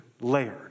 layered